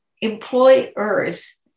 employers